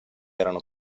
erano